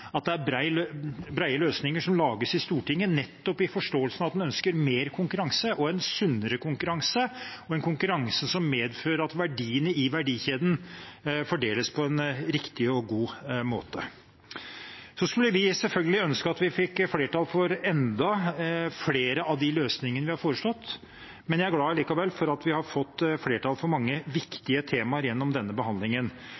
at det er brede løsninger som lages i Stortinget – nettopp i forståelsen av at en ønsker mer konkurranse, en sunnere konkurranse og en konkurranse som medfører at verdiene i verdikjeden fordeles på en riktig og god måte. Vi skulle selvfølgelig ønske at vi fikk flertall for enda flere av de løsningene vi har foreslått, men jeg er likevel glad for at vi har fått flertall for mange